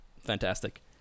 fantastic